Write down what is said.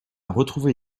retrouvé